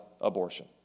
abortion